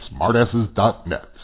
smartasses.net